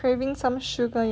craving some sugar